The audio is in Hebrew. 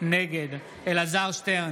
נגד אלעזר שטרן,